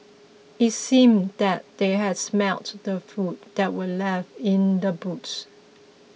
it seemed that they has smelt the food that were left in the boots